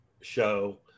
show